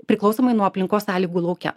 priklausomai nuo aplinkos sąlygų lauke